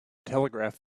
telegraph